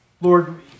Lord